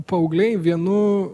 paaugliai vienu